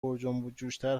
پرجنبوجوشتر